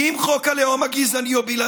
עם חוק הלאום או בלעדיו,